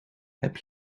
heb